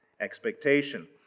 expectation